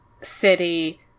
city